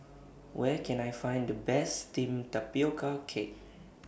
Where Can I Find The Best Steamed Tapioca Cake